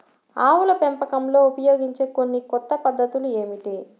ఆవుల పెంపకంలో ఉపయోగించే కొన్ని కొత్త పద్ధతులు ఏమిటీ?